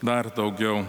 dar daugiau